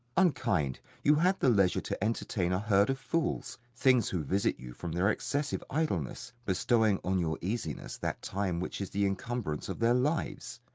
unkind! you had the leisure to entertain a herd of fools things who visit you from their excessive idleness, bestowing on your easiness that time which is the incumbrance of their lives.